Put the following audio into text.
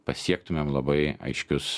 pasiektumėm labai aiškius